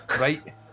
Right